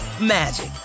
magic